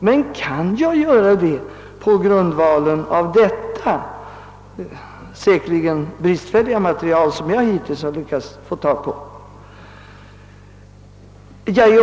Men kan jag göra det med hänsyn till det, låt vara bristfälliga, material som jag här har lyckats uppbringa?